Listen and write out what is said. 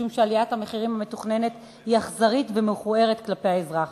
משום שעליית המחירים המתוכננת היא אכזרית ומכוערת כלפי האזרח.